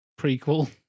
prequel